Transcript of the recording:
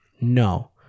No